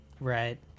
Right